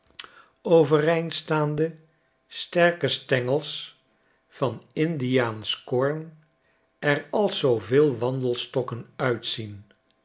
staande sterke stengels van indiaansch koorn er als zooveel wandelstokken uitzien